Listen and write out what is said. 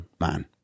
man